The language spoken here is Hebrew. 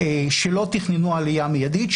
שלא תכננו עלייה מיידית,